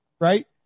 Right